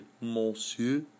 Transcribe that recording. monsieur